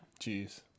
Jeez